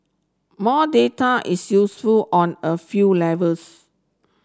more data is useful on a few levels